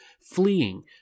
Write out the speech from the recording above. fleeing